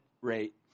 rate